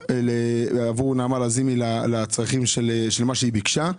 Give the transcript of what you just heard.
עבור נעמה לזימי לצרכים של מה שהיא ביקשה.